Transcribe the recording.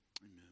Amen